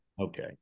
okay